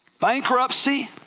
bankruptcy